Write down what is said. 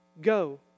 Go